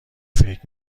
فکر